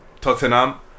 tottenham